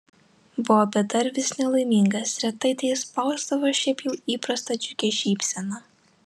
buvo bedarbis nelaimingas retai teišspausdavo šiaip jau įprastą džiugią šypseną